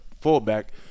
fullback